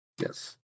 Yes